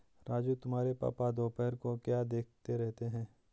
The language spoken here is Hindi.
राजू तुम्हारे पापा दोपहर को क्या देखते रहते हैं?